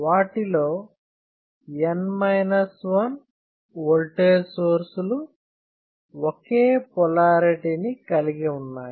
వాటిలో N 1 voltage సోర్సులు ఒకే పొలారిటీ ని కలిగి ఉన్నాయి